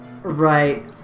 Right